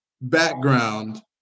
background